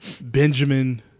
Benjamin